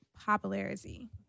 popularity